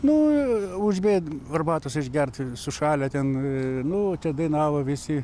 nu užbėg arbatos išgert sušalę ten nu čia dainavo visi